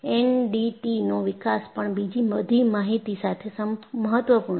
એનડીટીનો વિકાસ પણ બીજી બધી માહિતી સાથે મહત્વપૂર્ણ છે